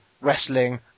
wrestling